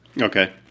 Okay